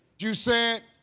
you said